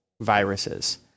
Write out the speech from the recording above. viruses